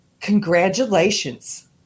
congratulations